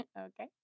okay